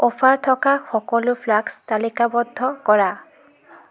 offer থকা সকলো flask তালিকাৱদ্ধ কৰা